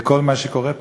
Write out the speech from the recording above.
לכל מה שקורה פה.